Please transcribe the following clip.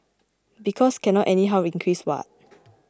because cannot anyhow increase what